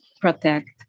protect